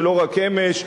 ולא רק אמש,